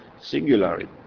singularly